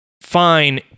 fine